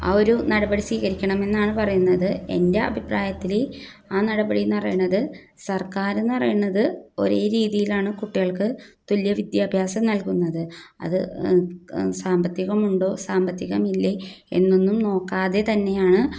ആ ഒരു നടപടി സ്വീകരിക്കണമെന്നാണ് പറയുന്നത് എൻ്റെ അഭിപ്രായത്തിൽ ആ നടപടിയെന്നു പറയണത് സർക്കാർ എന്നു പറയണത് ഒരേ രീതിയിലാണ് കുട്ടികൾക്ക് തുല്യ വിദ്യാഭ്യാസം നൽകുന്നത് അത് സാമ്പത്തികമുണ്ടോ സാമ്പത്തികമില്ലേ എന്നൊന്നും നോക്കാതെ തന്നെയാണ്